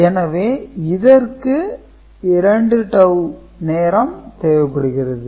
எனவே இதற்கு 2 டவூ நேரம் தேவைப்படுகிறது